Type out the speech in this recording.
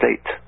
state